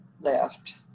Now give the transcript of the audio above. left